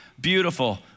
beautiful